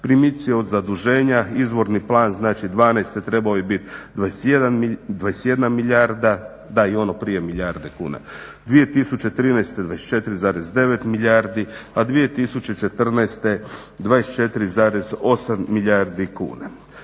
primici od zaduženja izvorni plan znači 12. trebao je biti 21 milijarda i da ono prije milijarde kuna 2013. 24,9 milijardi, a 2014. 24,8 milijardi kuna.